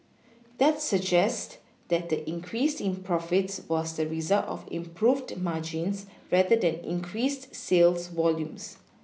that suggest that the increase in profits was the result of improved margins rather than increased sales volumes